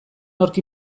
nork